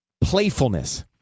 playfulness